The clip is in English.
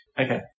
Okay